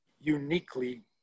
uniquely